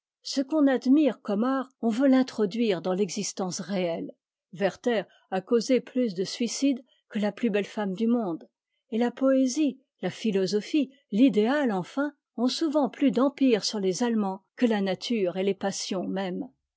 ce qu'on admire comme art on veut l'introduire dans l'existence réelle werther a causé plus de suicides que la plus belle femme du monde et la poésie la philosophie l'idéal enfin ont souvent plus d'empire sur les allemands que la nature et les passions même